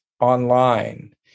online